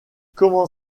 comment